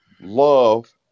love